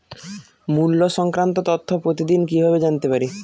মুল্য সংক্রান্ত তথ্য প্রতিদিন কিভাবে জানতে পারি?